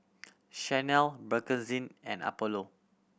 Chanel Bakerzin and Apollo